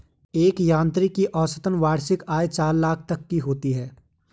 एक यांत्रिकी की औसतन वार्षिक आय चार लाख तक की होती है